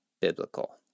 biblical